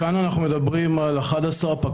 כאן אנחנו מדברים על 11,